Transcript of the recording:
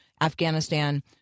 Afghanistan